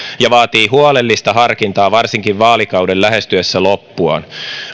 ja vaatii huolellista harkintaa varsinkin vaalikauden lähestyessä loppuaan